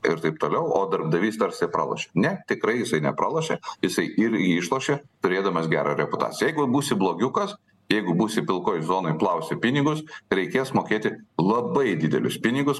ir taip toliau o darbdavys tarsi pralošia ne tikrai jisai nepralošia jisai ir išlošia turėdamas gerą reputaciją jeigu būsi blogiukas jeigu būsi pilkoj zonoj plausi pinigus reikės mokėti labai didelius pinigus